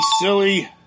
silly